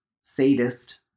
sadist